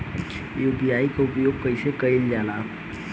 UPI के उपयोग कइसे कइल जाला?